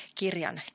kirjan